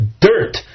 dirt